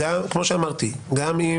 אני מניח